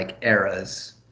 eras